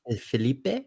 Felipe